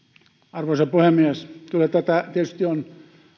arvoisa puhemies kyllä aivan perusasiana tätä tietysti on